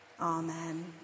Amen